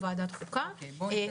את עצמנו